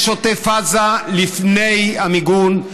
יש עוטף עזה לפני המיגון,